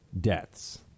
deaths